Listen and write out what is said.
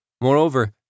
Moreover